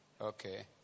Okay